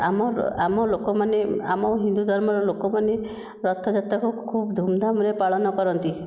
ଆମର ଆମ ଲୋକମାନେ ଆମ ହିନ୍ଦୁ ଧର୍ମର ଲୋକମାନେ ରଥଯାତ୍ରାକୁ ଖୁବ୍ ଧୁମ୍ଧାମ୍ରେ ପାଳନ କରନ୍ତି